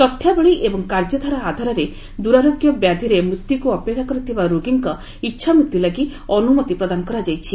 ତଥ୍ୟବଳୀ ଏବଂ କାର୍ଯ୍ୟଧାରା ଆଧାରରେ ଦୂରାରୋଗ୍ୟ ବ୍ୟାଧିରେ ମୃତ୍ୟୁକୁ ଅପେକ୍ଷା କରିଥିବା ରୋଗୀଙ୍କ ଇଚ୍ଛାମୃତ୍ୟୁ ଲାଗି ଅନୁମତି ପ୍ରଦାନ କରାଯାଇଛି